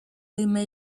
email